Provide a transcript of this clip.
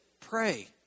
pray